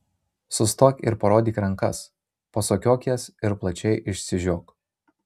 sustok ir parodyk rankas pasukiok jas ir plačiai išsižiok